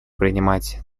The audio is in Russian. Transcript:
принимать